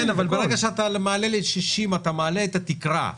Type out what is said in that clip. כן, אבל ברגע שאתה מעלה ל-60, אתה מעלה את התקרה.